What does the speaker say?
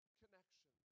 connection